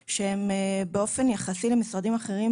סיפור מאז שהייתי הרבה יותר צעיר,